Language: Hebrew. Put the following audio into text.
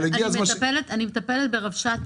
אבל הגיע הזמן ש --- אני מטפלת ברבש"צים